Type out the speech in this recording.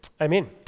amen